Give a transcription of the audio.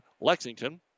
Lexington